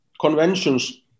conventions